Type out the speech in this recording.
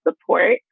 support